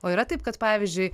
o yra taip kad pavyzdžiui